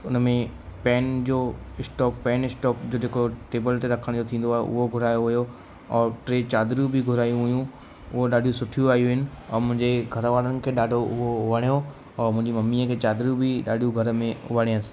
उन में पैन जो स्टॉक पैन स्टॉक जो जेको टेबल ते रखण जो थींदो आहे उहो घुरायो हुयो और टे चादरियूं बि घुरायूं हुयूं उहो ॾाढियूं सुठियूं आयूं आहिनि ऐं मुंहिंजे घर वारनि खे ॾाढो उहो वणियो और मुंहिंजी मम्मीअ खे चादरियूं बि ॾाढियूं घर में वणियसि